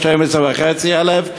12,500,